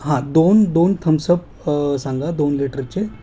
हां दोन दोन थम्सअप सांगा दोन लिटरचे